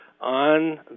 on